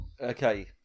Okay